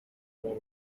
n’uwo